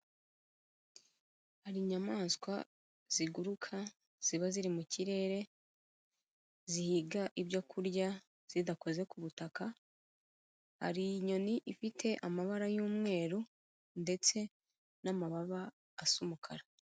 Hari inyamaswa ziguruka ziba ziri mu kirere, zihiga ibyo kurya zidakoze ku butaka, hari inyoni ifite amabara y'umweru ndetse n'amababa asa umukara.